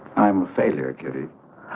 i'm a failure give a.